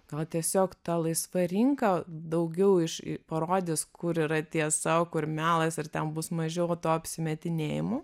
gal tiesiog ta laisva rinka daugiau iš parodys kur yra tiesa o kur melas ir ten bus mažiau to apsimetinėjimo